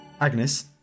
Agnes